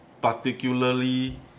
particularly